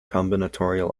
combinatorial